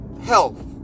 health